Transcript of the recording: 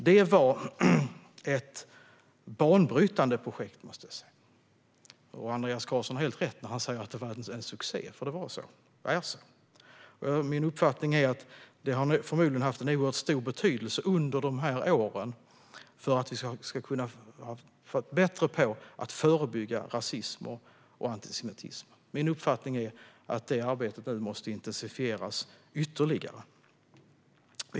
Det var ett banbrytande projekt, måste jag säga. Andreas Carlson har helt rätt när han säger att det var en succé. Det var så och är så. Min uppfattning är att det förmodligen har haft en oerhört stor betydelse under dessa år för att vi ska bli bättre på att förebygga rasism och antisemitism. Min uppfattning är att detta arbete nu måste intensifieras ytterligare.